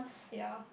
ya